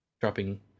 dropping